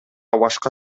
башка